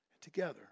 Together